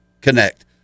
connect